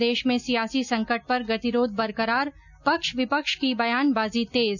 प्रदेश में सियासी संकट पर गतिरोध बरकरार पक्ष विपक्ष की बयानबाजी तेज